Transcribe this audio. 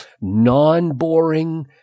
non-boring